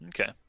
okay